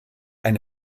ein